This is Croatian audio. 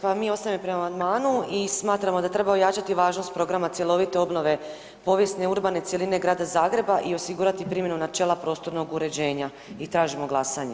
Pa mi ostaje pri amandmanu i smatramo da treba ojačati važnost programa cjelovite obnove povijesne i urbane cjeline Grada Zagreba i osigurati primjenu načela prostornog uređenja i tražimo glasanje.